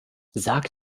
sag